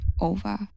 over